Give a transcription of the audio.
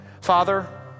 Father